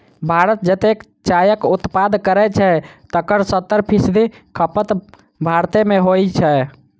भारत जतेक चायक उत्पादन करै छै, तकर सत्तर फीसदी खपत भारते मे होइ छै